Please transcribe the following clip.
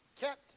kept